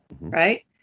right